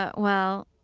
ah well,